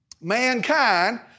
mankind